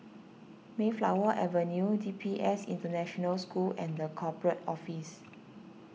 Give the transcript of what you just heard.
Mayflower Avenue D P S International School and the Corporate Office